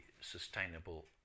sustainable